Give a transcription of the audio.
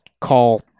call